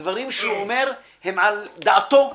הדברים שהוא אומר הם על דעתו בלבד.